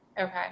okay